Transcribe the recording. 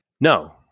No